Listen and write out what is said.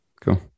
cool